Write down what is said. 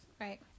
Right